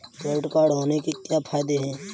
Credit card होने के क्या फायदे हैं?